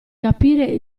capire